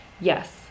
Yes